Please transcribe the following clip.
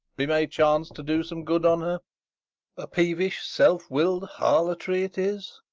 be may chance to do some good on her a peevish self-will'd harlotry it is.